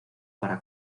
para